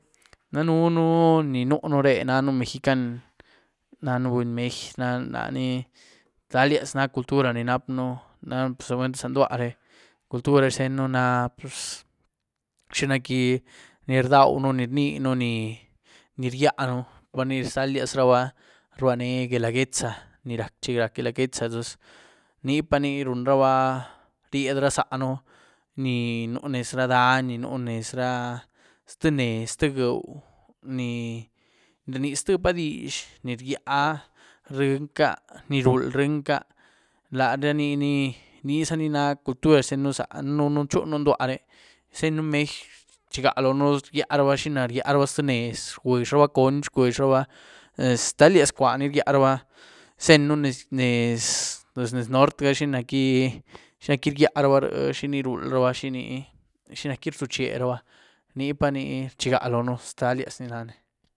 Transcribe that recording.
Danënu ni nunu ré nanu mejican, nanu buny mejy, laní, ztaliaz na cultura ni nap'ën, nap'za buny za ndua re, cultura xtenën na puz xinac'gi ni rdauën, ni rníën, ni-ni rgyáën, ni ztaliazraba rbané guelaguetza ni rac' chi rac' guelaguetza, nipani runraba ryied ra zaáhën ni nu nez ra dany, ni nu nez ra zté nez, ztïé géu, ni rníé ztyiepa dizh, no rgyá ryíenyc, ni ruúl ryíényca, lara nini, nizani ni ná cultura xtenën zá danënú chunu ndua re, rzenynu mejy rchigá loóhën rgyiáraba, xina rgyáraba zté nez, rcuizhraba conch rcuizhraba, ztaliaz cwua ni rgyáraba, zenyën nez-nez nez-nez nort'ga xinac'gi-xinac'gi rgyáraba ryé, xina gí ruúlraba, xini, xinac'gi rzucheraba nipani rchigá loóhën, ztaliaz ni nan.